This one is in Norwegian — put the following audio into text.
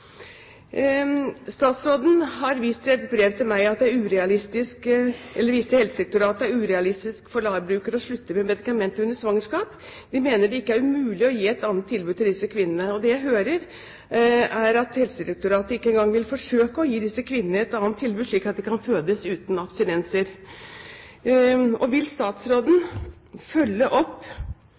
Statsråden har vist til i et brev til meg at Helsedirektoratet mener det er urealistisk at LAR-brukere skal slutte med medikamenter under svangerskap. De mener det ikke er mulig å gi et annet tilbud til disse kvinnene. Og det jeg hører, er at Helsedirektoratet ikke engang vil forsøke å gi disse kvinnene et annet tilbud, slik at barna kan fødes uten abstinenser. Vil statsråden følge opp